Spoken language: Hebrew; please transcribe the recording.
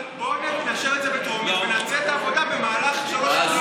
אבל בואו נאשר את זה בטרומית ונעשה את העבודה במהלך שלוש קריאות.